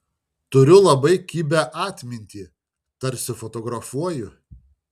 turiu labai kibią atmintį tarsi fotografuoju